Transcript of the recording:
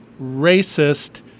racist